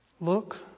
look